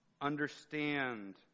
understand